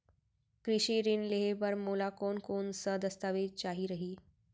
कृषि ऋण लेहे बर मोला कोन कोन स दस्तावेज चाही रही?